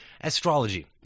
Astrology